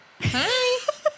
Hi